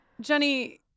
Jenny